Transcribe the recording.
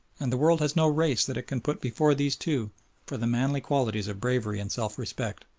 and the world has no race that it can put before these two for the manly qualities of bravery and self-respect